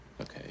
Okay